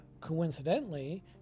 Coincidentally